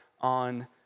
on